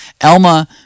Elma